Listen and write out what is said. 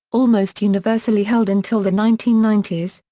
almost universally held until the nineteen ninety s,